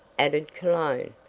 added cologne.